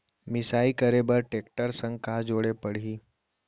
मिसाई करे बर टेकटर संग का जोड़े पड़ही?